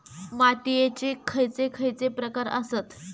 मातीयेचे खैचे खैचे प्रकार आसत?